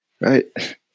right